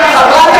הבאה.